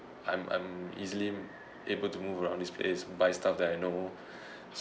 I'm I'm easily able to move around this place buy stuff that I know